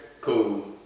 cool